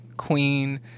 queen